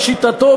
לשיטתו,